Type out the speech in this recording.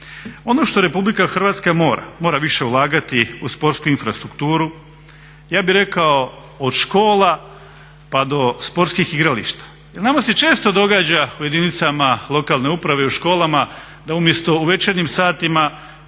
Ono što Republika Hrvatska mora, mora više ulagati u sportsku infrastrukturu, ja bih rekao od škola pa do sportskih igrališta. Jer nama se često događa u jedinicama lokalne uprave i u školama da umjesto u večernjim satima